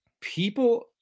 people